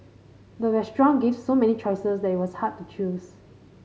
the restaurant gave so many choices that it was hard to choose